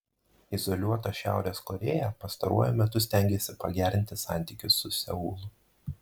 izoliuota šiaurės korėja pastaruoju metu stengiasi pagerinti santykius su seulu